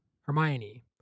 Hermione